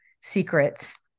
secrets